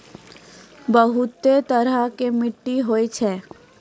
बहुतै तरह के मट्टी होय छै